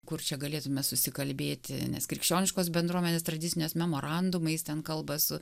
kur čia galėtume susikalbėti nes krikščioniškos bendruomenės tradicinės memorandumais ten kalba su